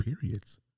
periods